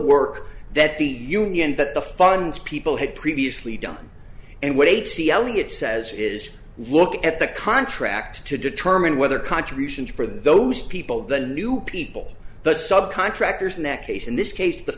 work that the union that the funds people had previously done and what eighty elliott says is look at the contract to determine whether contributions for those people the new people the sub contractors in that case in this case the